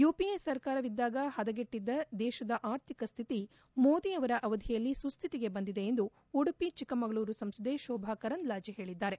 UPA ಸರಕಾರವಿದ್ದಾಗ ಹದಗೆಟ್ಟಿದ್ದ ದೇಶದ ಆರ್ಥಿಕ ಸ್ವಿತಿ ಮೋದಿಯವರ ಅವಧಿಯಲ್ಲಿ ಸುಸ್ವಿತಿಗೆ ಬಂದಿದೆ ಎಂದು ಉಡುಪಿ ಚಿಕ್ಕಮಗಳೂರು ಸಂಸದೆ ಶೋಭಾ ಕರಂದ್ಲಾಜೆ ಹೇಳಿದ್ದಾರೆ